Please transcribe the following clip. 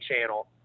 channel